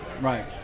right